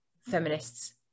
feminists